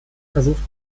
versucht